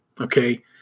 okay